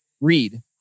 read